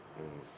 mm